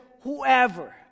whoever